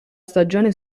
stagione